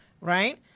Right